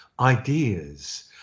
ideas